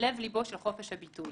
לב לבו של חופש הביטוי.